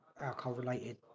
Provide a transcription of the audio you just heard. alcohol-related